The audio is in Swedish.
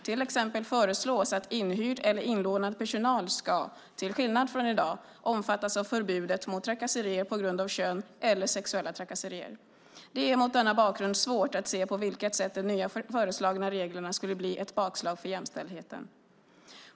Till exempel föreslås att inhyrd eller inlånad personal ska, till skillnad från i dag, omfattas av förbudet mot trakasserier på grund av kön eller sexuella trakasserier. Det är mot denna bakgrund svårt att se på vilket sätt de nya föreslagna reglerna skulle bli ett bakslag för jämställdheten.